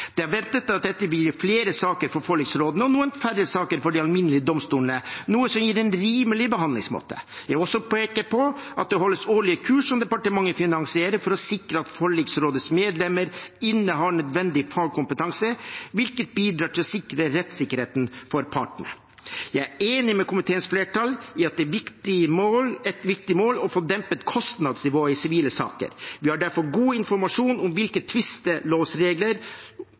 Det er ventet at dette vil gi flere saker for forliksrådene, og noe færre saker for de alminnelige domstolene, noe som vil gi en rimelig behandlingsmåte. Det er også pekt på at det holdes årlige kurs, som departementet finansierer, for å sikre at forliksrådenes medlemmer innehar nødvendig fagkompetanse, hvilket bidrar til å sikre rettssikkerheten for partene. Jeg er enig med komiteens flertall i at et viktig mål er å få dempet kostnadsnivået i sivile saker. Vi har derfor god informasjon om